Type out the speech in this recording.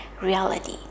reality